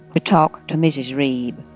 to talk to mrs. reeb.